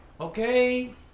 Okay